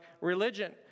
religion